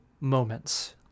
moments